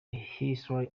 history